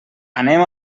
anem